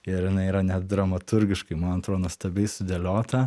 ir jinai yra net dramaturgiškai man atrodo nuostabiai sudėliota